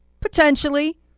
potentially